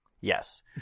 Yes